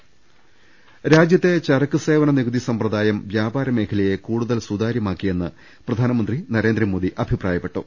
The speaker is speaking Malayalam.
രദേഷ്ടെടു രാജ്യത്തെ ചരക്ക് സേവന നികുതി സമ്പ്രദായം വ്യാപാര മേഖലയെ കൂടുതൽ സുതാര്യമാക്കിയെന്ന് പ്രധാനമന്ത്രി നരേന്ദ്രമോദി അഭിപ്രായപ്പെ ട്ടു